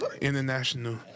International